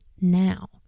now